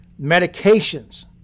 medications